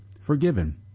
forgiven